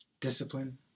discipline